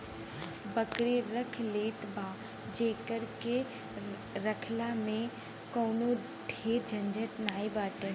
बकरी रख लेत बा जेकरा के रखला में कवनो ढेर झंझट नाइ बाटे